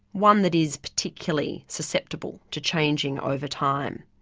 one that is particularly susceptible to changing over time.